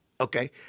Okay